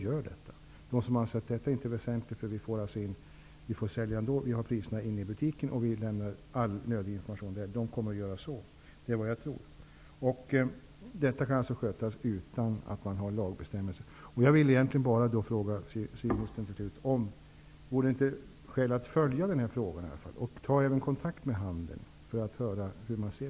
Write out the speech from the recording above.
De butiksägare som anser att detta inte är väsentligt och menar att de får sälja ändå -- de har priserna inne i butiken och lämnar all nödig information där -- kommer att fortsätta på det sättet. Det är vad jag tror. Detta kan alltså skötas utan lagbestämmelser.